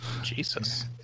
Jesus